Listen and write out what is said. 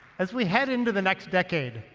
as we head into the next decade,